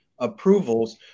approvals